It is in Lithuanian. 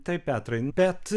taip petrai bet